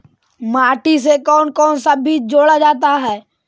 माटी से कौन कौन सा बीज जोड़ा जाता है?